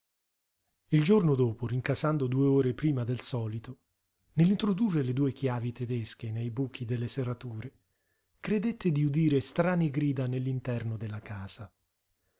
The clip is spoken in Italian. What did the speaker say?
il giorno dopo rincasando due ore prima del solito nell'introdurre le due chiavi tedesche nei buchi delle serrature credette di udire strane grida nell'interno della casa